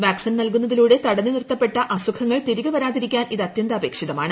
vaccine നൽകുന്നതിലൂടെ തടഞ്ഞുനിർത്തപ്പെട്ട അസുഖങ്ങൾ തിരികെ വരാതിരിക്കാൻ ഇത് അത്യന്താപേക്ഷിതമാണ്